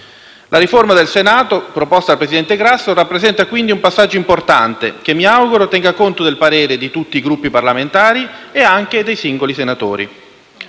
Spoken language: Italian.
Regolamento del Senato proposta dal presidente Grasso rappresenta, quindi, un passaggio importante che - mi auguro - terrà conto del parere di tutti i Gruppi parlamentari e anche dei singoli senatori.